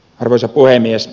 arvoisa puhemies